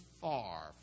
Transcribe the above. far